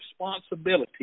responsibility